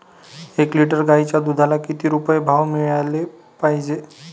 एक लिटर गाईच्या दुधाला किती रुपये भाव मिळायले पाहिजे?